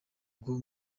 bwo